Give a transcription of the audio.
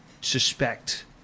suspect